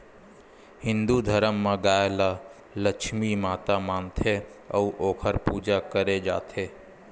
हिंदू धरम म गाय ल लक्छमी माता मानथे अउ ओखर पूजा करे जाथे